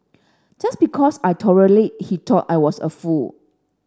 just because I tolerated he thought I was a fool